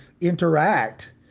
interact